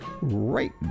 right